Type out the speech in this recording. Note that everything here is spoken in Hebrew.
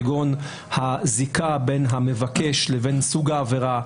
כגון הזיקה בין המבקש לבין סוג העבירה,